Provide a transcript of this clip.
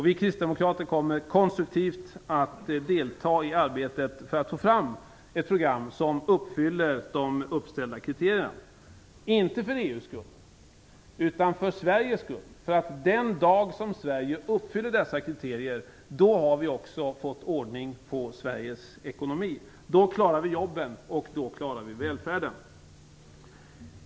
Vi kristdemokrater kommer att konstruktivt delta i arbetet för att få fram ett program som uppfyller de uppställda kriterierna. Det sker inte för EU:s skull utan för Sveriges skull. Den dag som Sverige uppfyller dessa kriterier har vi också fått ordning på Sveriges ekonomi. Då klarar vi jobben och då klarar vi välfärden.